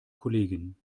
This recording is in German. kollegin